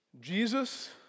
Jesus